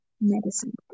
Medicine